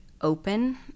open